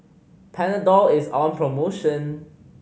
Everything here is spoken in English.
Panadol is on promotion